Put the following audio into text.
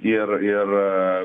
ir ir